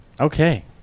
Okay